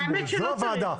זו הוועדה.